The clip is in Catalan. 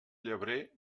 llebrer